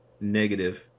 negative